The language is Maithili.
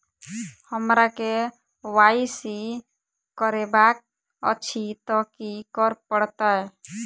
हमरा केँ वाई सी करेवाक अछि तऽ की करऽ पड़तै?